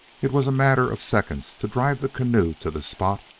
it was a matter of seconds to drive the canoe to the spot,